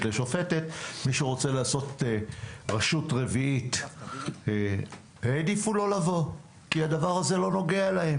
לשופטת העדיפו לא לבוא כי הדבר הזה לא נוגע להם.